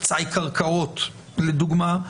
לדוגמא,